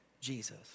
Jesus